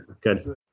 Good